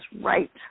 right